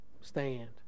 stand